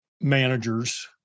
managers